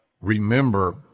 remember